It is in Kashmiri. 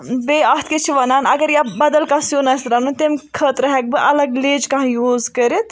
بیٚیہِ اَتھ کیاہ چھِ ونان اگر یا بدل کانہہ سِیُن آسہِ رَنُن تمہِ خٲطرٕ ہیکہٕ بہٕ بدل الگ لٮ۪ج کانہہ یوٗز کٔرِتھ